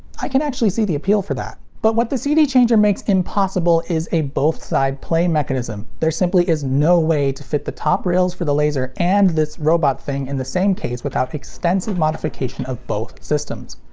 i can actually see the appeal for that. but what the cd changer makes impossible is a both-side play mechanism. there simply is no way to fit the top rails for the laser and this robot thing in the same case without extensive modification of both systems.